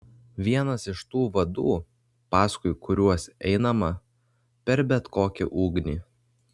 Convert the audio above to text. vienas iš tų vadų paskui kuriuos einama per bet kokią ugnį